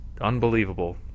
unbelievable